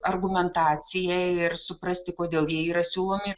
argumentaciją ir suprasti kodėl jie yra siūlomi